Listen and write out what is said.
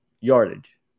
yardage